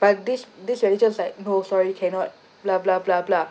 but this this manager's like no sorry cannot blah blah blah blah